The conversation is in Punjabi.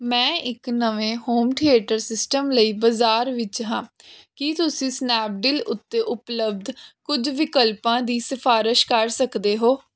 ਮੈਂ ਇੱਕ ਨਵੇਂ ਹੋਮ ਥੀਏਟਰ ਸਿਸਟਮ ਲਈ ਬਾਜ਼ਾਰ ਵਿੱਚ ਹਾਂ ਕੀ ਤੁਸੀਂ ਸਨੈਪਡੀਲ ਉੱਤੇ ਉਪਲਬਧ ਕੁੱਝ ਵਿਕਲਪਾਂ ਦੀ ਸਿਫਾਰਸ਼ ਕਰ ਸਕਦੇ ਹੋ